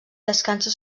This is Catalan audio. descansa